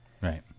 Right